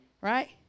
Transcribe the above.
right